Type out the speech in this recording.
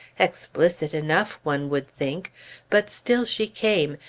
explicit enough, one would think but still she came,